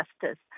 justice